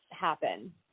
happen